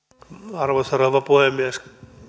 arvoisa rouva puhemies